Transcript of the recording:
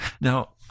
Now